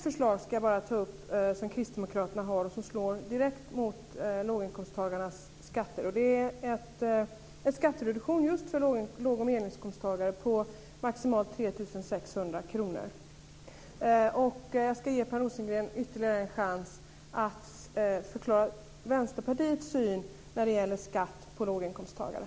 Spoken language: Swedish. Jag ska bara ta upp ett förslag som Kristdemokraterna har som slår direkt mot låginkomsttagarnas skatter, och det är en skattereduktion just för låg och medelinkomsttagare på maximalt Jag ska ge Per Rosengren ytterligare en chans att förklara Vänsterpartiets syn när det gäller skatt på låginkomsttagare.